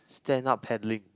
stand up paddling